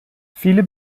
viele